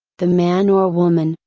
the man or woman,